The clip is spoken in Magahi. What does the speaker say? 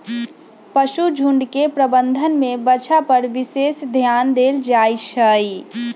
पशुझुण्ड के प्रबंधन में बछा पर विशेष ध्यान देल जाइ छइ